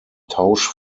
tausch